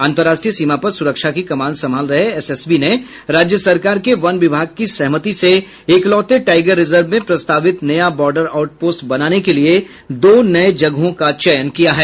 अंतरराष्ट्रीय सीमा पर सुरक्षा की कमान संभाल रहे एसएसबी ने राज्य सरकार के वन विभाग की सहमति से इकलौते टाइगर रिजर्व में प्रस्तावित नया बार्डर आउट पोस्ट बनाने के लिये दो नए जगहों का चयन किया है